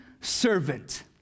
servant